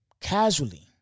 casually